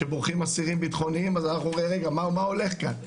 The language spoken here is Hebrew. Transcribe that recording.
כשבורחים אסירים ביטחוניים אנחנו אומרים מה הולך כאן?